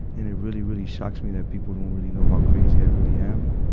and it really, really shocks me that people don't really know how crazy i really am.